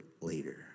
later